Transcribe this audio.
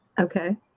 Okay